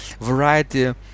variety